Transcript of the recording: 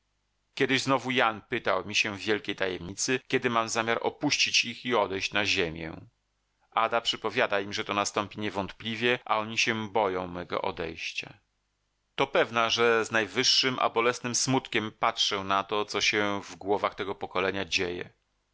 kiedyś znowu jan pytał mi się w wielkiej tajemnicy kiedy mam zamiar opuścić ich i odejść na ziemię ada przepowiada im że to nastąpi niewątpliwie a oni się boją mego odejścia to pewna że z najwyższym a bolesnym smutkiem patrzę na to co się w głowach tego pokolenia dzieje